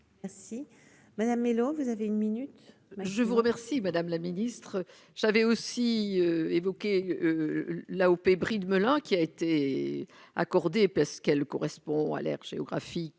Ah si Madame Mellow, vous avez une minute. Je vous remercie, madame la ministre, j'avais aussi évoqué la Brie de Melun, qui a été accordé, parce qu'elle correspond à l'aire géographique